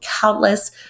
countless